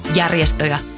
järjestöjä